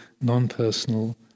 non-personal